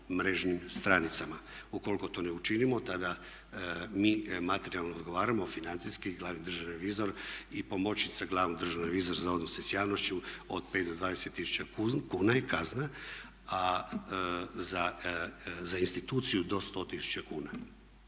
mrežnim stranicama. Ukoliko to ne učinimo tada mi materijalno odgovaramo, financijski, glavni državni revizor i pomoćnica glavnog državnog revizora za odnose s javnošću od 5 do 20 tisuća kuna je kazna. A za instituciju do 100 tisuća kuna.